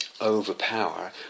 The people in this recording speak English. overpower